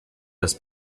das